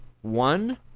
one